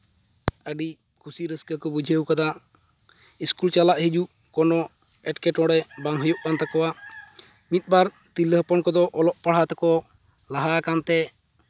ᱟᱹᱰᱤ ᱠᱩᱥᱤ ᱨᱟᱹᱥᱠᱟᱹ ᱠᱚ ᱵᱩᱡᱷᱟᱹᱣ ᱠᱟᱫᱟ ᱤᱥᱠᱩᱞ ᱪᱟᱞᱟᱜ ᱦᱤᱡᱩᱜ ᱠᱚᱱᱚ ᱮᱴᱠᱮᱴᱚᱬᱮ ᱵᱟᱝ ᱦᱩᱭᱩᱜ ᱠᱟᱱ ᱛᱟᱠᱚᱣᱟ ᱢᱤᱫᱼᱵᱟᱨ ᱛᱤᱨᱞᱟᱹ ᱦᱚᱯᱚᱱ ᱠᱚᱫᱚ ᱚᱞᱚᱜ ᱯᱟᱲᱦᱟᱣ ᱛᱮᱠᱚ ᱞᱟᱦᱟ ᱟᱠᱟᱱᱛᱮ